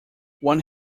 when